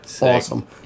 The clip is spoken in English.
Awesome